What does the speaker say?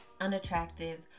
unattractive